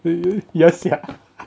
ya sia